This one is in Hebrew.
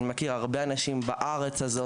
אני מכיר הרבה אנשים בעיר שלי והרבה אנשים בארץ,